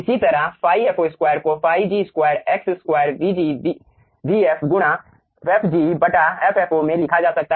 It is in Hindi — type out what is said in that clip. इसी तरह ϕfo 2 को ϕg 2 x2 vg vf गुना f g ffo में लिखा जा सकता है